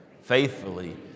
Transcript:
faithfully